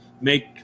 make